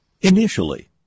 Initially